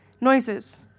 Noises